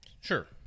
Sure